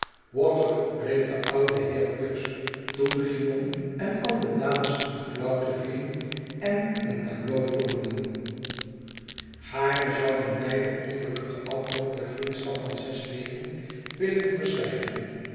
water riep de oude heer tuggs toen cymon en al de dames in flauwte vielen en een tableau vormden gaarne zouden wij den ongelukkigen afloop der vriendschap van zes weken willen verzwijgen